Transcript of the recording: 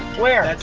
where?